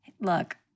look